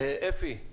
אפי,